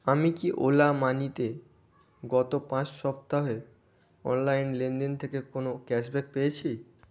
আমি কি ওলা মানিতে গত পাঁচ সপ্তাহে অনলাইন লেনদেন থেকে কোনো ক্যাশব্যাক পেয়েছি